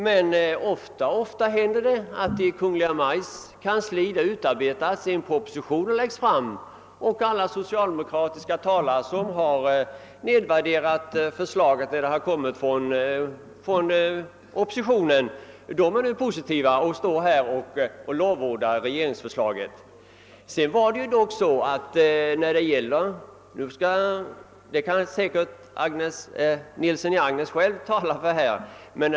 Men mycket ofta händer det, att det i Kungl. Maj:ts kansli utarbetas en proposition som sedan alla socialdemokratiska talare, vilka tidigare nedvärderat förslaget när det kommit som motion från oppositionen, ställer sig positiva till och lovordar. När det gäller herr Nilssons i Agnäs förslag, kan han säkert själv tala för det.